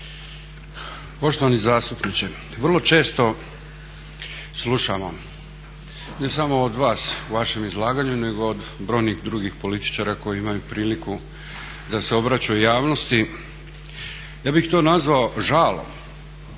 Poštovani zastupniče, vrlo često slušamo, ne samo od vas u vašem izlaganju nego od brojnih drugih političara koji imaju priliku da se obraćaju javnosti. Ja bih to nazvao žalom